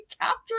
capture